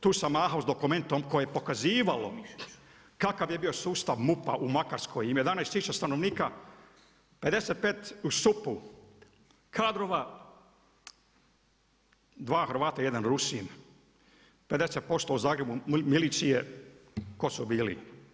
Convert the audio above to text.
Tu sam mahao s dokumentom koji je pokazivao kakav je bio sustav MUP-a u Makarskoj ima 11 tisuća stanovnika, 55 u SUP-u kadrova dva Hrvata i jedan Rusin, 50% u Zagrebu milicije tko su bili?